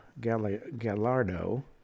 Gallardo